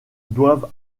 doivent